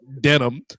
denim